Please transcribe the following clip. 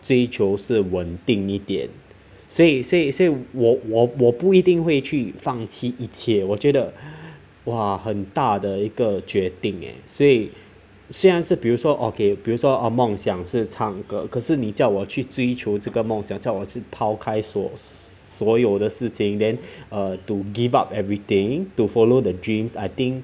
追求是稳定一点所以所以所以我我我不一定会去放弃一切我觉得 !wah! 很大的一个决定 eh 所以虽然是比如说 okay 比如说梦想是唱歌可是你叫我去追求这个梦想叫我去抛开所所有的事情 then err to give up everything to follow the dreams I think